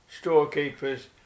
storekeepers